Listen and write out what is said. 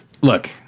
look